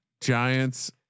Giants